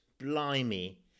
blimey